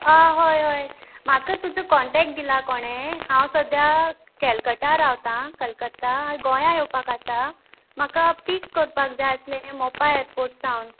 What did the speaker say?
आं हय हय म्हाका तुजो कोन्टेक्ट दिला कोणे हांव सद्याक केलकत्ता रावतां कलकत्ता गोंयाक येवपा आसा म्हाका पीक करपाक जाय आसलें मोपा एरपोर्ट सावन